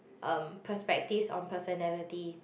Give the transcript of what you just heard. um perspectives on personality